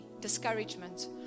discouragement